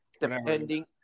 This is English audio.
Depending